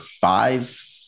five